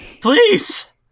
Please